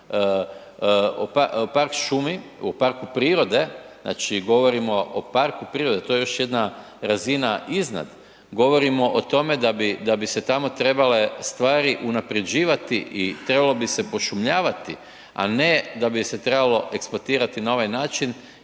o parku prirode, znači govorimo o parku prirode, to je još jedna razina iznad, govorimo o tome da bi se tamo trebale stvari unaprjeđivati i trebalo bi se pošumljavati a ne da bi je se trebalo eksploatirati na ovaj način